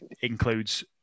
includes